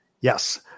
Yes